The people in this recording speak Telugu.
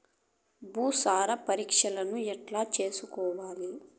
భూసార పరీక్షను ఎట్లా చేసుకోవాలి?